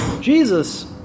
Jesus